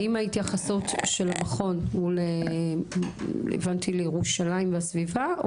האם ההתייחסות של המכון היא לירושלים והסביבה,